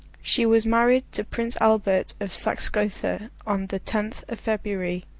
she was married to prince albert of saxe gotha on the tenth of february,